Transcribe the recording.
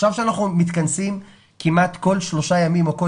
עכשיו אנחנו מתכנסים כמעט כל שלושה ימים או כל